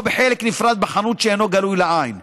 או בחלק נפרד בחנות שאינו גלוי לעין.